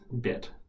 bit